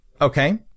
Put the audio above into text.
Okay